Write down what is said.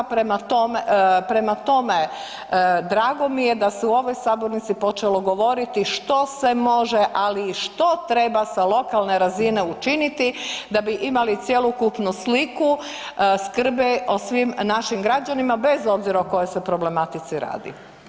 Prema tome, prema tome drago mi je da se u ovoj sabornici počelo govoriti što se može, ali i što treba sa lokalne razine učiniti da bi imali cjelokupnu sliku skrbi o svim našim građanima bez obzira o kojoj se problematici radi.